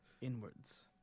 inwards